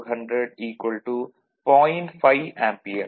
5 ampere